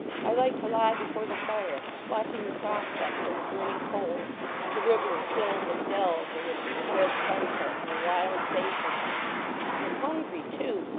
i like to lie before the fire, watching the prospects in the burning coals the rivers, hills, and dells, in the deep, red sunset, and the wild faces. i am hungry too,